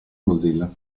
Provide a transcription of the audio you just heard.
mozilla